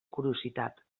curiositat